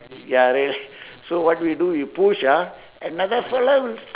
ya rail~ so what do we do we push ah another fellow will s~